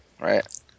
Right